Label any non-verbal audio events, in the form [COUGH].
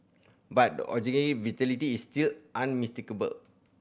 but the [UNINTELLIGIBLE] vitality is still unmistakable